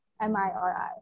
M-I-R-I